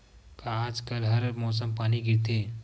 का आज कल हर मौसम पानी गिरथे?